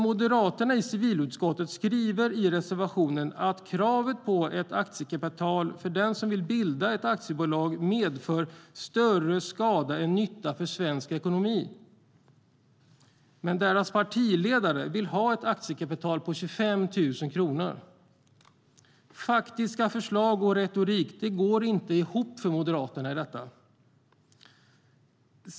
Moderaterna i civilutskottet skriver i sin reservation att kravet på ett aktiekapital för den som vill bilda ett aktiebolag "medför större skada än nytta för svensk ekonomi". Men deras partiledare vill ha ett aktiekapital på 25 000 kronor. Faktiska förslag och retorik går inte ihop för Moderaterna i detta fall.